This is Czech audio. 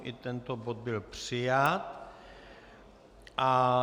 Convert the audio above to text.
I tento bod byl přijat.